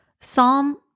Psalm